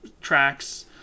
tracks